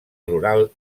rural